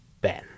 Ben